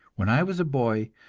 when i was a boy,